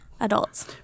adults